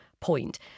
point